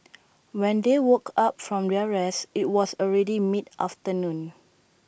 when they woke up from their rest IT was already mid afternoon